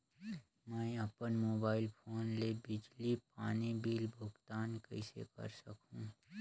मैं अपन mobile phone ले बिजली पानी बिल भुगतान कइसे कर सकहुं?